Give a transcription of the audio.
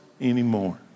anymore